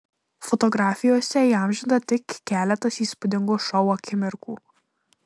fotografijose įamžinta tik keletas įspūdingo šou akimirkų